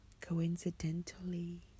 coincidentally